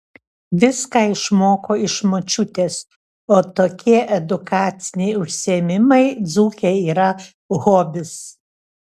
viską išmoko iš močiutės o tokie edukaciniai užsiėmimai dzūkei yra hobis